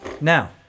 Now